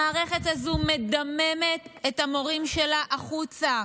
המערכת הזו מדממת את המורים שלה החוצה,